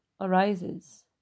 arises